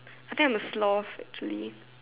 I think I'm a sloth actually